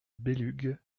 belugue